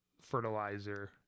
fertilizer